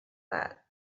that